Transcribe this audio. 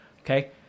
Okay